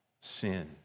sin